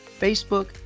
Facebook